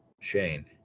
Shane